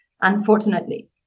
unfortunately